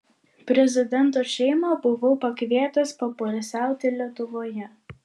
prezidento šeimą buvau pakvietęs papoilsiauti lietuvoje